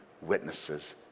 witnesses